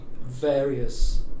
Various